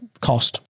cost